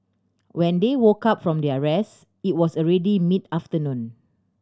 when they woke up from their rest it was already mid afternoon